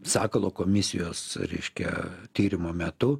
sakalo komisijos reiškia tyrimo metu